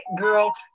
girl